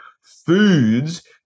foods